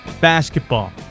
basketball